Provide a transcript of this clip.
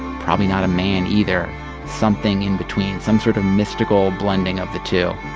probably not a man either something in between, some sort of mystical blending of the two